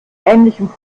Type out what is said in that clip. ähnlichem